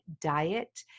diet